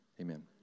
Amen